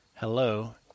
Hello